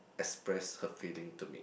express her feeling to me